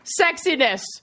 Sexiness